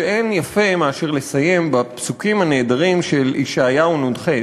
שאין יפה מאשר לסיים בפסוקים הנהדרים של ישעיהו נ"ח,